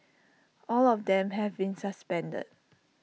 all of them have been suspended